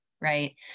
right